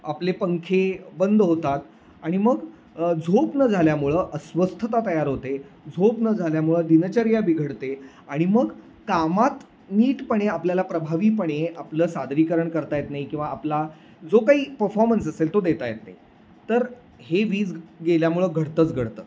आपले पंखे बंद होतात आणि मग झोप न झाल्यामुळं अस्वस्थता तयार होते झोप न झाल्यामुळं दिनचर्या बिघडते आणि मग कामात नीटपणे आपल्याला प्रभावीपणे आपलं सादरीकरण करता येत नाही किंवा आपला जो काही पफॉर्मन्स असेल तो देता येत नाही तर हे वीज गेल्यामुळं घडतंच घडतं